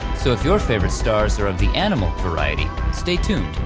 so if your favorite stars are of the animal variety, stay tuned,